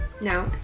Now